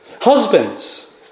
Husbands